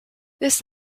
this